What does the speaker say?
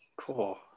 cool